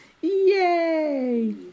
Yay